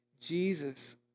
Jesus